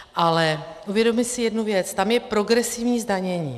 Ale uvědomme si jednu věc tam je progresivní zdanění.